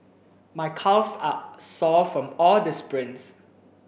my calves are sore from all the sprints